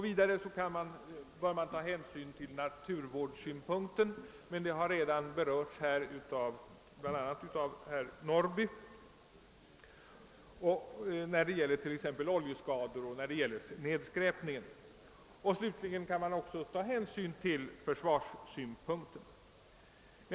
Vidare bör hänsyn tas till naturvården — detta har redan berörts här bl.a. av herr Norrby — särskilt vid inträffade oljeskador och nedskräpning. Slutligen kan även försvarssynpunkter anläggas på frågan.